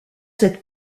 cette